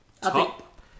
Top